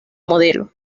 modelo